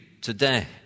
today